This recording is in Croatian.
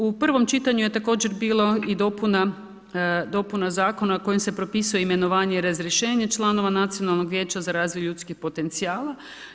U prvom čitanju je također bilo i dopuna zakona kojom se propisuje imenovanje i razrješenje članova nacionalnog vijeća za razvoj ljudskog potencijala.